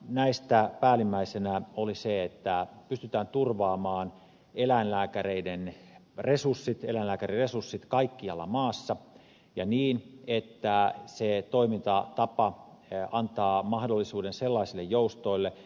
näistä päällimmäisenä oli se että pystytään turvaamaan eläinlääkäreiden resurssit eläinlääkäriresurssit kaikkialla maassa ja niin että se toimintatapa antaa mahdollisuuden sellaisille joustoille